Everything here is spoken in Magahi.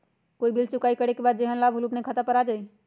कोई बिल चुकाई करे के बाद जेहन लाभ होल उ अपने खाता पर आ जाई?